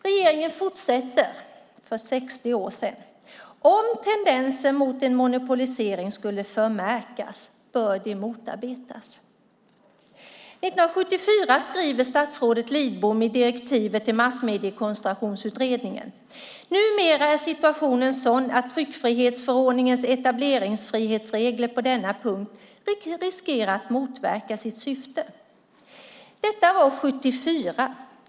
Regeringen fortsätter, för 60 år sedan: Om tendenser mot en monopolisering skulle förmärkas bör de motarbetas. År 1974 skriver statsrådet Lidbom i direktivet till Massmediekoncentrationsutredningen: Numera är situationen sådan att tryckfrihetsförordningens etableringsfrihetsregler på denna punkt riskerar att motverka sitt syfte. Detta var 1974.